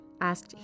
asked